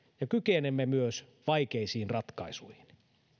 ja kykenemme myös vaikeisiin ratkaisuihin